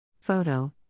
Photo